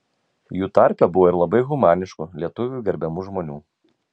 jų tarpe buvo ir labai humaniškų lietuvių gerbiamų žmonių